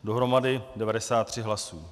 Dohromady 93 hlasů.